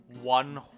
One